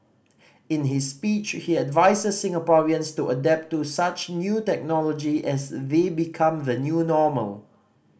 in his speech he advises Singaporeans to adapt to such new technology as we become the new normal